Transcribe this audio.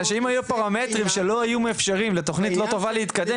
בגלל שאם היו פרמטרים שלא היו מאפשרים לתוכנית לא טובה להתקדם